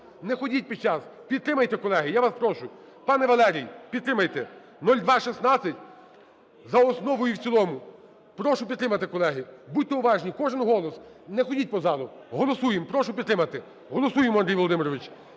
не ходіть під час. Підтримайте, колеги, я вас прошу. Пане Валерій, підтримайте 0216 за основу і в цілому. Прошу підтримати, колеги. Будьте уважні, кожен голос. Не ходіть по залу, голосуємо, прошу підтримати. Голосуємо, Андрій Володимирович.